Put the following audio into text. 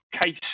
case